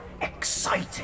exciting